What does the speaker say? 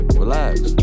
relax